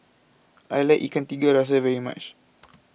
I like Ikan Tiga Rasa very much